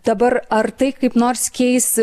dabar ar tai kaip nors keis